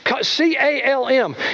C-A-L-M